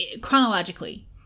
chronologically